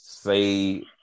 Say